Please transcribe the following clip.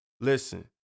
Listen